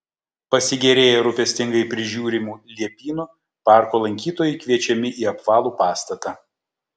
pasigėrėję rūpestingai prižiūrimu liepynu parko lankytojai kviečiami į apvalų pastatą